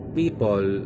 people